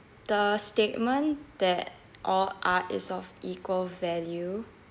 the statement that all art is of equal value